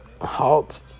halt